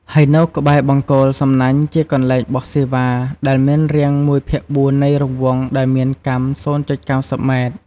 ហើយនៅក្បែរបង្គោលសំណាញ់ជាកន្លែងបោះសេវាដែលមានរាង១ភាគ៤នៃ រង្វង់ដែលមានកាំ០.៩០ម៉ែត្រ ។